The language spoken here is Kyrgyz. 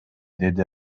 деди